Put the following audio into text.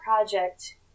project